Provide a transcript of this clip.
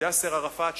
יאסר ערפאת,